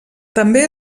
també